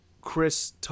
Chris